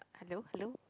hello hello